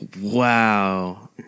wow